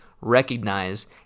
recognize